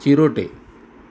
चिरोटे